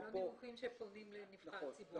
לא נימוקים שפונים לנבחר ציבור.